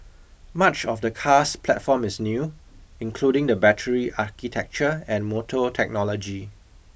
much of the car's platform is new including the battery architecture and motor technology